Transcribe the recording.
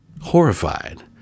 horrified